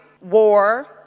war